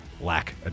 lack